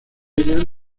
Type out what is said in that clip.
ellas